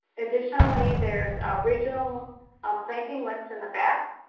additionally, there is regional um planting list in the back.